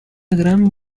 gran